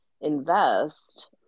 invest